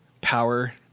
power